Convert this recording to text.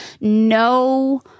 no